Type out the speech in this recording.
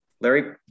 Larry